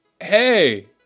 Hey